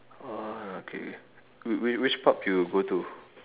oh uh K K whi~ whi~ which pub you go to